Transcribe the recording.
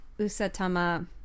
Usatama